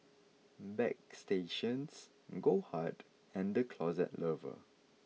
Bagstationz Goldheart and The Closet Lover